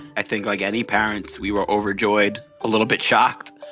i think, like any parents, we were overjoyed, a little bit shocked.